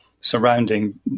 surrounding